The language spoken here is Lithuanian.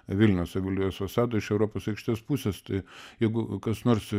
vilniaus savivaldybės fasado iš europos aikštės pusės tai jeigu kas nors